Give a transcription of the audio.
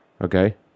Okay